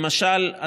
למשל,